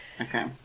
okay